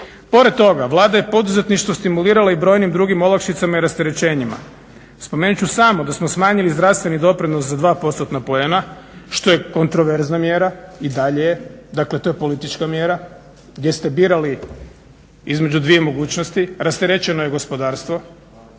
Pored toga Vlada je poduzetništvo stimulirala i brojnim drugim olakšicama i rasterećenjima. Spomenut ću samo da smo smanjili zdravstveni doprinos za 2 postotna poena, što je kontroverzna mjera i dalje je, dakle to je politička mjera gdje ste birali između dvije mogućnosti – rasterećeno je gospodarstvo.